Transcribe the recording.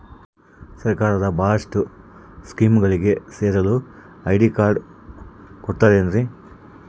ಸರ್ಕಾರದ ಬಹಳಷ್ಟು ಸ್ಕೇಮುಗಳಿಗೆ ಸೇರಲು ಐ.ಡಿ ಕಾರ್ಡ್ ಕೊಡುತ್ತಾರೇನ್ರಿ?